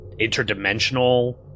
interdimensional